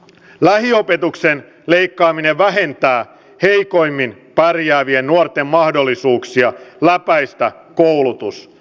lähiopetuksen leikkaaminen vähentää heikoimmin pärjäävien nuorten mahdollisuuksia läpäistä koulutus